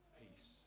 peace